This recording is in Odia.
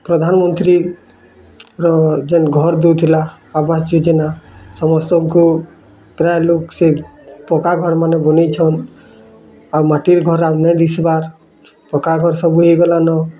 ପ୍ରଧାନମନ୍ତ୍ରୀ ର ଯେନ୍ ଘର୍ ଦଉଥିଲା ଆବାସ ଯୋଜନା ସମସ୍ତଙ୍କୁ ପ୍ରାୟ ଲୋକ ସେ ପକ୍କା ଘର୍ ମାନେ ବନେଇଛନ୍ ଆଉ ମାଟି୍ର ଘର୍ ଆଉ ନାଇଁ ଦିସବାର୍ ପକ୍କା ଘର୍ ସବୁ ହେଇ ଗଲାନ